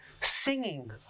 singing